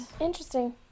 Interesting